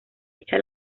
echa